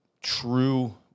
true